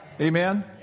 Amen